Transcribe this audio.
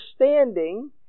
understanding